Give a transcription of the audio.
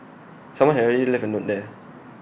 someone had already left A note there